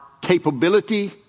capability